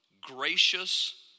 gracious